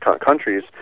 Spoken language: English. countries